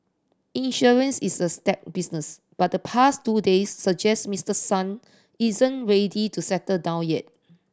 insurance is a staid business but the past two days suggest Mister Son isn't ready to settle down yet